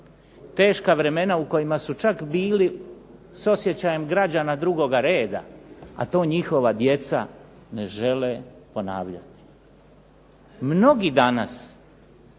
teška vremena u kojima su čak bili s osjećajem građana drugog reda, a to njihova djece ne žele ponavljati. Mnogi danas